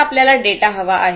तर आपल्याला डेटा हवा आहे